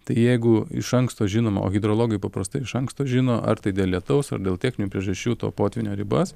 tai jeigu iš anksto žinoma o hidrologai paprastai iš anksto žino ar tai dėl lietaus ar dėl techninių priežasčių to potvynio ribas